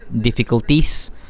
difficulties